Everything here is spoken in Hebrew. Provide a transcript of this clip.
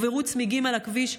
הובערו צמיגים על הכביש,